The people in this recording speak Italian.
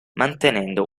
mantenendo